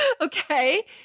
Okay